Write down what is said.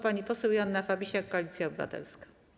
Pani poseł Joanna Fabisiak, Koalicja Obywatelska.